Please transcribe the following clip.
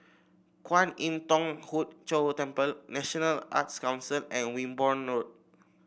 Kwan Im Thong Hood Cho Temple National Arts Council and Wimborne Road